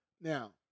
Now